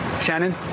Shannon